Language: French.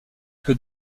que